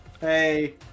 Hey